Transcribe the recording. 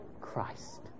Christ